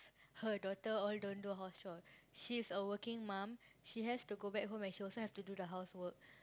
her daughter all don't do house chore she's a working mum she has to go back home and she also has to do the housework